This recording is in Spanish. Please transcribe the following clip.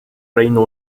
reino